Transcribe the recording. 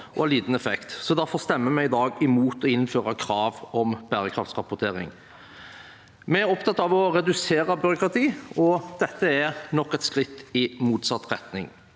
og har liten effekt. Derfor stemmer vi i dag imot å innføre krav om bærekraftsrapportering. Vi er opptatt av å redusere byråkratiet, og dette er nok et skritt i motsatt retning.